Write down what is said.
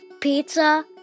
pizza